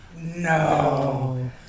no